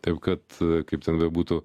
taip kad kaip ten bebūtų